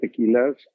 Tequilas